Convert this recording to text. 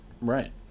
right